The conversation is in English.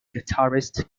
guitarist